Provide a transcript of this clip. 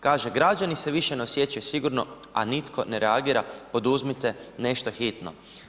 Kaže, građani se više ne osjećaju sigurno, a nitko ne reagira poduzmite nešto hitno.